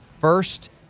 first